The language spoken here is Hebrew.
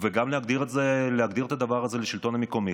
גם להגדיר את הדבר הזה לשלטון המקומי,